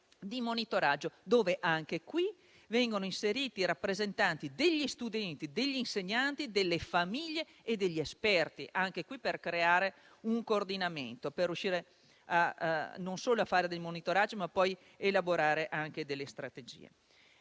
di monitoraggio, dove, anche qui, vengono inseriti i rappresentanti degli studenti, degli insegnanti, delle famiglie e degli esperti, per creare un coordinamento, per riuscire a non solo a fare dei monitoraggi, ma ad elaborare anche delle strategie.